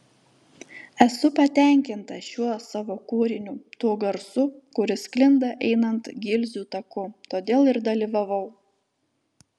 esu patenkinta šiuo savo kūriniu tuo garsu kuris sklinda einant gilzių taku todėl ir dalyvavau